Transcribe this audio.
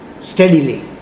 Steadily